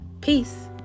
Peace